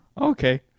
Okay